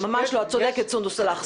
ממש לא, את צודקת סונדוס סאלח.